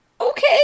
okay